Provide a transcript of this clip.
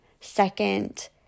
second